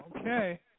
Okay